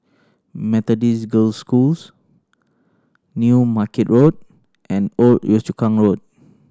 Methodist Girls' Schools New Market Road and Old Yio Chu Kang Road